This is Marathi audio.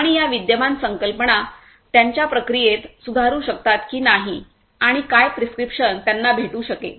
आणि या विद्यमान संकल्पना त्यांच्या प्रक्रियेत सुधारू शकतात की नाही आणि काय प्रिस्क्रिप्शन त्यांना भेटू शकेल